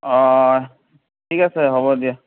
অঁ ঠিক আছে হ'ব দিয়া